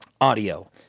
audio